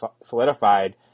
solidified